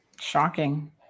Shocking